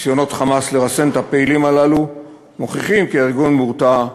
ניסיונות ה"חמאס" לרסן את הפעילים הללו מוכיחים כי הארגון מורתע,